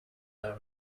are